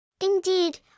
Indeed